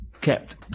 kept